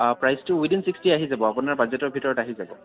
প্ৰাইচটো within sixty আহি যাব আপোনাৰ বাজেটৰ ভিতৰত আহি যাব